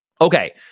Okay